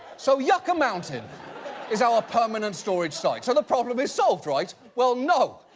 so, yucca mountain is our permanent storage site. so the problem is solved, right? well, no!